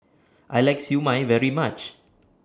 I like Siew Mai very much